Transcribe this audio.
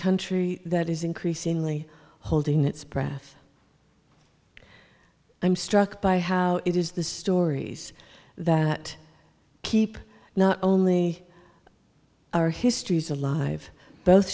country that is increasingly holding its breath i'm struck by how it is the stories that keep not only our histories alive both